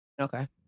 Okay